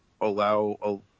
allow